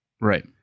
Right